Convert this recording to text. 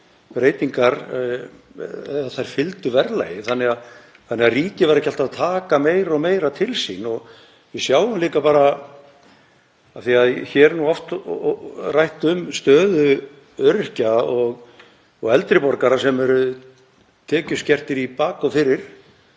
við og fylgdu verðlagi þannig að ríkið væri ekki alltaf að taka meira og meira til sín. Við sjáum líka, af því að hér er oft rætt um stöðu öryrkja og eldri borgara sem eru tekjuskertir í bak og fyrir,